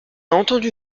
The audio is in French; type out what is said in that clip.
entendu